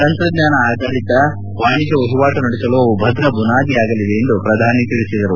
ತಂತ್ರಜ್ಞಾನ ಆಧಾರಿತ ವಾಣಿಜ್ಞ ವಹಿವಾಟು ನಡೆಸಲು ಅವು ಭದ್ರ ಬುನಾದಿ ಆಗಲಿವೆ ಎಂದು ಪ್ರಧಾನಿ ಹೇಳಿದರು